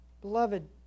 Beloved